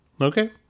Okay